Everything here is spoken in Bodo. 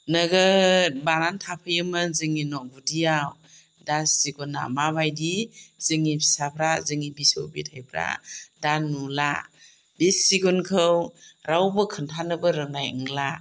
नोगोद बानानै थाफैयोमोन जोंनि न' गुदियाव दा सिगुना माबायदि जोंनि फिसाफोरा जोंनि बिसौ बिथायफ्रा दा नुला बे सिगुनखौ रावबो खोन्थानोबो रोंनाय नंला